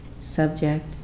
Subject